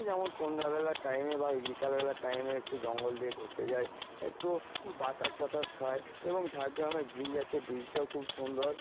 যেমন সন্ধ্যাবেলা টাইমে বা বিকালবেলার টাইমে একটু জঙ্গল দিয়ে ঘুরতে যায় একটু বাতাস টাতাস খায় এবং ঝাড়গ্রামে ব্রিজ আছে ব্রিজটাও খুব সুন্দর